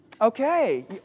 okay